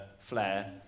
flair